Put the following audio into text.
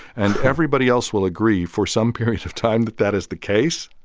and everybody else will agree for some period of time that that is the case.